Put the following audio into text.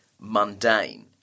mundane